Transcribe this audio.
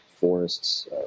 forests